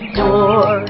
door